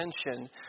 attention